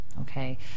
okay